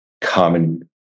common